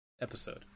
episode